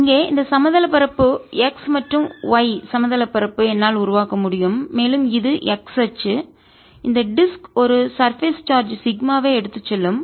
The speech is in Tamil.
இங்கே இந்த சமதள பரப்பு தட்டையான பரப்புx மற்றும் y சமதள பரப்பு தட்டையான பரப்பு என்னால் உருவாக்க முடியும்மேலும் இது Z அச்சு இந்த டிஸ்க் வட்டு ஒரு சர்பேஸ் சார்ஜ் மேற்பரப்பு சிக்மாவை எடுத்து செல்லும்